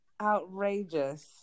Outrageous